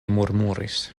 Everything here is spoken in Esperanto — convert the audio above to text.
murmuris